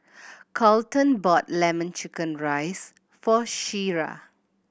Colten brought Lemon Chicken rice for Shira